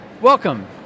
Welcome